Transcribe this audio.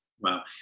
Wow